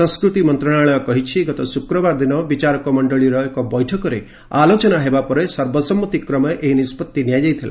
ସଂସ୍କୃତି ମନ୍ତ୍ରଣାଳୟ କହିଛି ଗତ ଶୁକ୍ରବାର ଦିନ ବିଚାରକମଣ୍ଡଳୀର ଏକ ବୈଠକରେ ଆଲୋଚନା ହେବା ପରେ ସର୍ବସମ୍ମତିକ୍ରମେ ଏହି ନିଷ୍ପଭି ନିଆଯାଇଥିଲା